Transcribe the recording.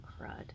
crud